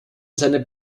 seiner